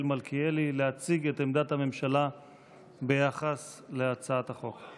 מלכיאלי להציג את עמדת הממשלה ביחס להצעת החוק.